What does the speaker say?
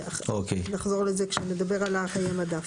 נחזור לזה כשנדבר על חיי המדף.